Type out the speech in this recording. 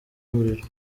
umuriro